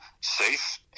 safe